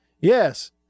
yes